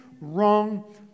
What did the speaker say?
wrong